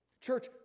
Church